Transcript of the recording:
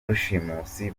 rushimusi